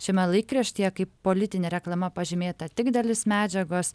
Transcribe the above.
šiame laikraštyje kaip politinė reklama pažymėta tik dalis medžiagos